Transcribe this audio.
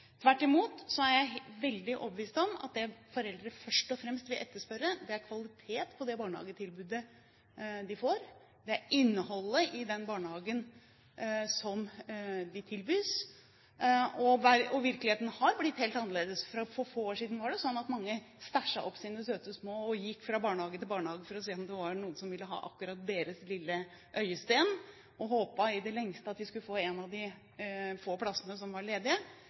Tvert imot er jeg overbevist om at det foreldre først og fremst vil etterspørre, er kvalitet og innhold i det barnehagetilbudet de får. Og virkeligheten har blitt helt annerledes. For for få år siden var det sånn at mange stæsjet opp sine søte små og gikk fra barnehage til barnehage for å se om det var noen som ville ha akkurat deres lille øyesten, og man håpet i det lengste å få en av de få plassene som var ledige.